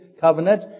covenant